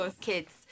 kids